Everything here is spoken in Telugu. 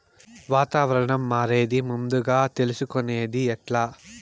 వాతావరణం మారేది ముందుగా తెలుసుకొనేది ఎట్లా?